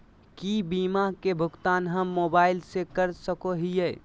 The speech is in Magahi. की बीमा के भुगतान हम मोबाइल से कर सको हियै?